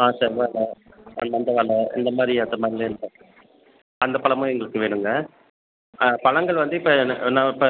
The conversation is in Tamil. ஆ செவ்வாழை மஞ்சவாழை அந்தமாதிரி அந்த பழமும் எங்களுக்கு வேணுங்க ஆ பழங்கள் வந்து இப்போ நான் இப்போ